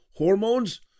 Hormones